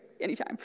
anytime